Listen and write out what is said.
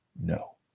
No